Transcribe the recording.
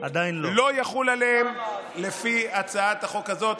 לא יחול עליהם לפי הצעת החוק הזאת.